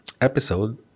episode